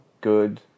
good